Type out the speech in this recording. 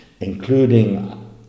including